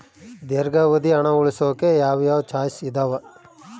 ದೇರ್ಘಾವಧಿ ಹಣ ಉಳಿಸೋಕೆ ಯಾವ ಯಾವ ಚಾಯ್ಸ್ ಇದಾವ?